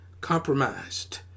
compromised